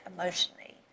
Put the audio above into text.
emotionally